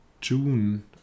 June